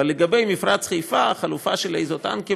אבל לגבי מפרץ חיפה החלופה של האיזוטנקים